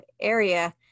area